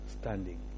standing